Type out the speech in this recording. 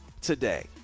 today